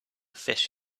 fish